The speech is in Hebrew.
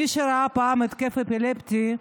מי שראה פעם התקף אפילפטי,